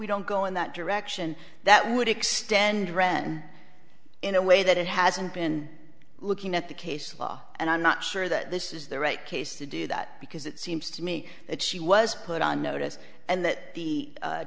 we don't go in that direction that would extend ren in a way that it hasn't been looking at the case law and i'm not sure that this is the right case to do that because it seems to me that she was put on notice and that the